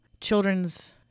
children's